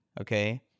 Okay